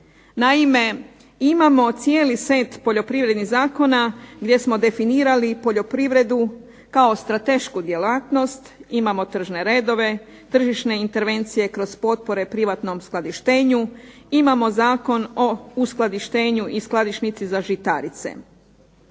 Naime, imamo cijeli set poljoprivrednih zakona gdje smo definirali poljoprivredu kao stratešku djelatnost. Imamo tržne redove, tržišne intervencije kroz potpore privatnom skladištenju, imamo Zakon o uskladištenju i skladišnici za žitarice.